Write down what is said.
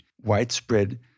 widespread